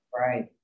Right